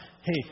hey